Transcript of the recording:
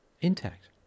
intact